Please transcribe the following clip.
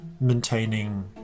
maintaining